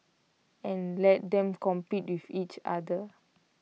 and let them compete with each other